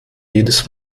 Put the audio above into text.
jedes